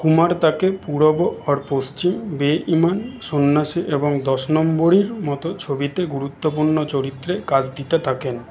কুমার তাঁকে পূরব অর পশ্চিম বে ইমান সন্ন্যাসী এবং দশ নম্বরি র মতো ছবিতে গুরুত্বপূর্ণ চরিত্রে কাজ দিতে থাকেন